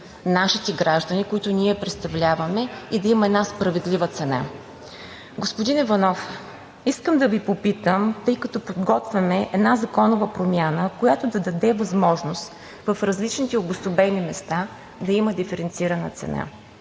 нашите граждани, които ние представляваме, и да има една справедлива цена. Господин Иванов, искам да Ви попитам, тъй като подготвяме една законова промяна, която да даде възможност в различните обособени места да има диференцирана цена